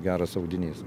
geras audinys